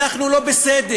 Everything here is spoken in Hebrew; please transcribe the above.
אנחנו לא בסדר.